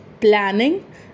planning